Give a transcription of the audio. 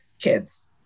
kids